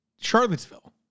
Charlottesville